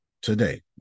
Today